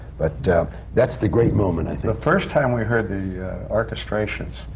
but that's the great moment, i think. the first time we heard the orchestrations,